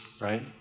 right